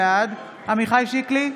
בעד עמיחי שיקלי,